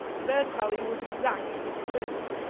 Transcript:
their tally was exact with the list,